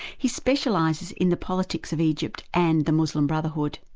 he specialises in the politics of egypt and the muslim brotherhood.